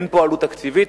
אין פה עלות תקציבית,